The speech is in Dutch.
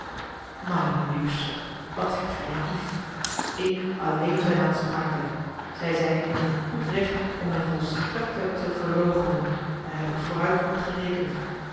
mein liebster wat zijt gij naïef ik alleen ben aansprakelijk zij zijn in hun goed recht om mij volstrektelijk te verloochenen daar heb ik vooruit op gerekend